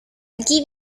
aquí